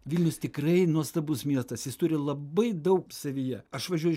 vilnius tikrai nuostabus miestas jis turi labai daug savyje aš važiuoju